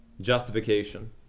Justification